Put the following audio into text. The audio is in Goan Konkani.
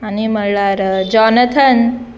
आनी म्हणल्यार जॉनेथन